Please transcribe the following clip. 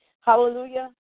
Hallelujah